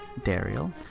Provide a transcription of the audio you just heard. Daryl